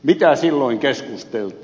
mistä silloin keskusteltiin